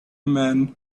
men